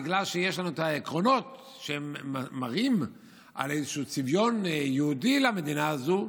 בגלל שיש לנו את העקרונות שמראים על איזשהו צביון יהודי למדינה הזו,